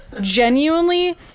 genuinely